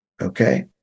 okay